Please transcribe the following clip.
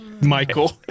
Michael